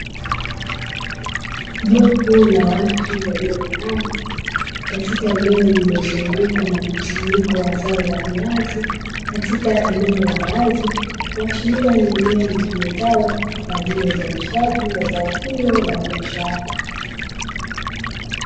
Jopo la watu waliyoinama katika eneo lililozungukwa na mkusanyiko wa zao la viazi, katika eneo la wazi kuashiria ni eneo litumikalo kwa ajili ya uzalishaji wa zao hilo la biashara.